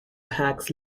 hacks